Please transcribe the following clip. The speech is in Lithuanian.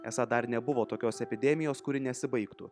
esą dar nebuvo tokios epidemijos kuri nesibaigtų